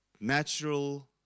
natural